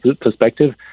perspective